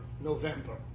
November